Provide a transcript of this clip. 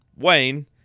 Wayne